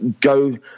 go